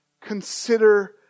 consider